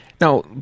Now